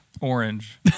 orange